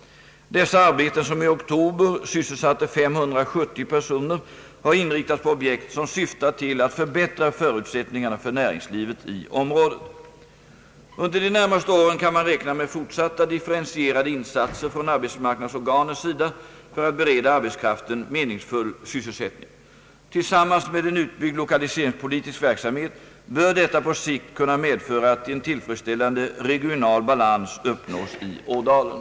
Dessa arbeten som i oktober sysselsatte 570 personer har inriktats på objekt, som syftat till att förbättra förutsättningarna för näringslivet i området. Under de närmaste åren kan man räkna med fortsatta differentierade insatser från arbetsmarknadsorganens sida för att bereda arbetskraften meningsfull sysselsättning. Tillsammans med en utbyggd lokaliseringspolitisk verksamhet bör detta på sikt kunna medföra att en tillfredsställande regional balans uppnås i Ådalen.